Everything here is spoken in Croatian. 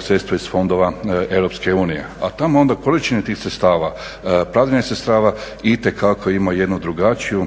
sredstva iz fondova EU. A tamo onda količine tih sredstava, … sredstava itekako ima jednu drugačiju